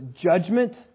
judgment